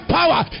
power